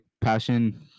passion